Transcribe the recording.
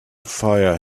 fire